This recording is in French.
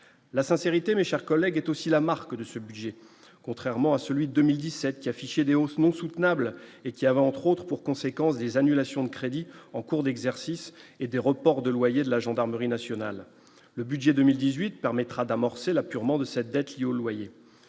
la sincérité, mes chers collègues, est aussi la marque de ce budget, contrairement à celui de 2017 qui affiche aussi non soutenable et qui avait entre autres pour conséquence des annulations de crédits en cours d'exercice et des reports de loyer de la gendarmerie nationale, le budget 2018 permettra d'amorcer l'apurement de sa cette dette liée loyer,